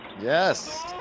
yes